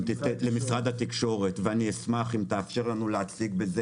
למשרד התקשורת ואני אשמח אם תאפשר לנו להציג.